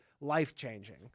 life-changing